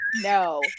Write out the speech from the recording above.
no